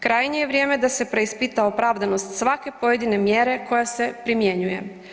Krajnje je vrijeme da se preispita opravdanost svake pojedine mjere koja se primjenjuje.